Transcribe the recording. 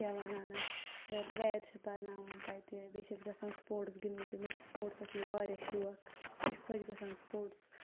کیاہ وَنان اَتھ پریَر چھِ پَرناوان تَتہِ بیٚیہِ چھِ أسۍ گَژھان سپوٹٕس گِنٛدنہِ تہِ مےٚ چھُ سپوٹسَس مَنٛز واریاہ شوق مےٚ چھُ خۄش گَژھان سپوٹٕس